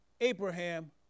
Abraham